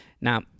Now